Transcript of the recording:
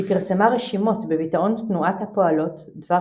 היא פרסמה רשימות בביטאון תנועת הפועלות דבר